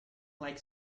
like